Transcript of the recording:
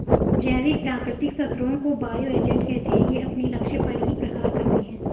जैविक प्राकृतिक शत्रुओं को बायो एजेंट कहते है ये अपने लक्ष्य पर ही प्रहार करते है